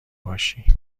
باشی